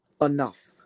enough